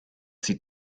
sie